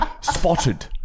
Spotted